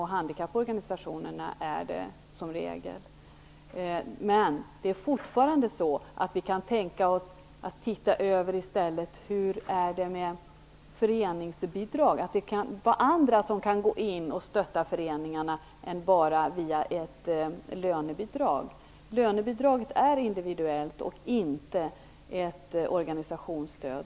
Handikapporganisationerna är som regel det. Men vi kan fortfarande tänka oss att i stället se över föreningsbidrag. Det kan ju finnas andra som kan gå in och stötta föreningarna. Det behöver inte bara ske via lönebidrag. Lönebidraget är individuellt och inte ett organisationsstöd.